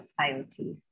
IoT